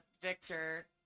Victor